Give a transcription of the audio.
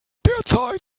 derzeit